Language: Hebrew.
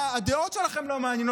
הדעות שלכם לא מעניינות,